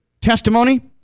testimony